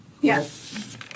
yes